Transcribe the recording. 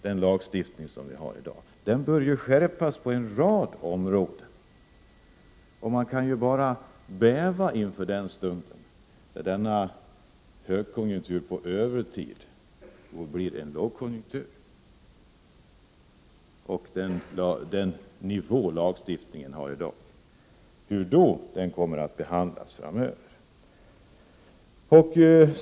Den lagstiftning vi har i dag urholkas, och den bör skärpas på en rad områden. Man kan bara bäva inför den stund då denna högkonjunktur på övertid blir en lågkonjunktur. Frågan är hur lagstiftningen i det avseendet kommer att hanteras framöver.